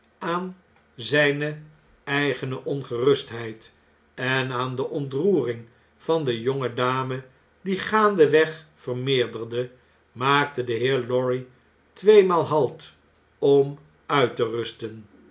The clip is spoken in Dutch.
aan zpe eigene ongerustheid en aan de ontroering van de jonge dame die gaandeweg vermeerderde maakte de heer lorry tweemaal halt om uit te rusten